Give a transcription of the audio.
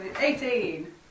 Eighteen